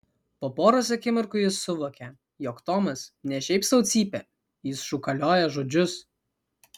po poros akimirkų jis suvokė jog tomas ne šiaip sau cypia jis šūkalioja žodžius